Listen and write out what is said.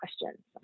questions